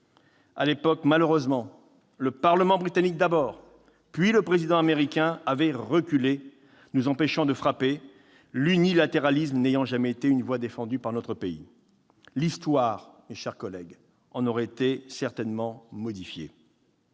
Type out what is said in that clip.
À l'époque, malheureusement, le Parlement britannique d'abord, puis le président américain avaient reculé, nous empêchant de frapper, l'unilatéralisme n'ayant jamais été une voie défendue par notre pays. L'Histoire, mes chers collègues, en aurait certainement été modifiée.